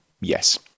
yes